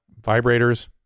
vibrators